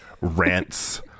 rants